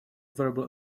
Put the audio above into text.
verbal